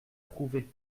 prouvé